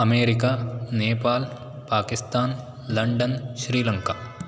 America Nepal Pakistan London Sri Lanka